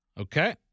Okay